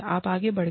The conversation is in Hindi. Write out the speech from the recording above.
आप आगे बढ़ गए